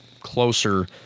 closer